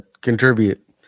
contribute